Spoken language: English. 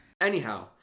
Anyhow